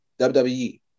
WWE